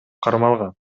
кармалган